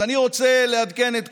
אז אני רוצה לעדכן את כולם,